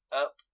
up